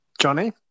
Johnny